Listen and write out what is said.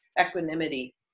equanimity